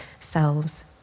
selves